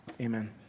amen